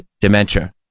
dementia